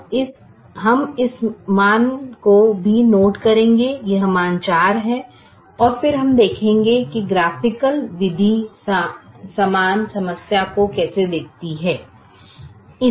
अब हम इस मान को भी नोट करेंगे यह मान 4 है और फिर हम देखेंगे कि ग्राफिकल विधि समान समस्या को कैसे देखती है